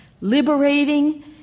liberating